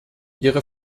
ihre